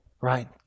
right